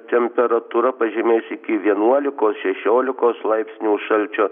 temperatūra pažemės iki vienuolikos šešiolikos laipsnių šalčio